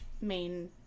main